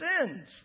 sins